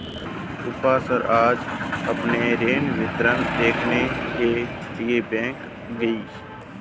उपासना आज अपना ऋण विवरण देखने के लिए बैंक गई